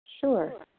Sure